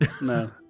No